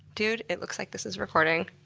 dude it looks like this is recording.